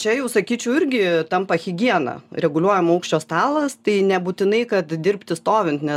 čia jau sakyčiau irgi tampa higiena reguliuojamo aukščio stalas tai nebūtinai kad dirbti stovint nes